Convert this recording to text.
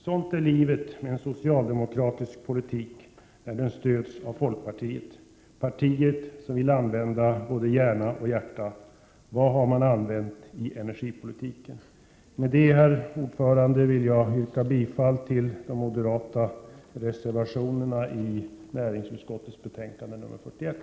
Sådant är livet med en socialdemokratisk politik, när den stöds av folkpartiet — partiet som vill använda både hjärna och hjärta. Vad har man använt i energipolitiken? Herr talman! Med det anförda vill jag yrka bifall till de moderata reservationerna vid näringsutskottets betänkande 41.